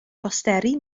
posteri